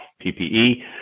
PPE